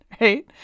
right